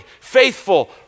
faithful